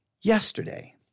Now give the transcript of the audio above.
yesterday